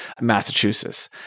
Massachusetts